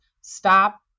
stop